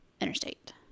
interstate